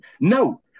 No